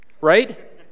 Right